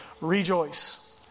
rejoice